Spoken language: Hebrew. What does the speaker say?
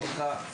סליחה,